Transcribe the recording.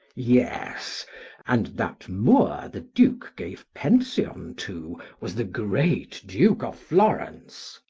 yes and that moor the duke gave pension to was the great duke of florence.